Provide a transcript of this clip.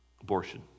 Abortion